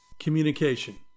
Communication